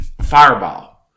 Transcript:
Fireball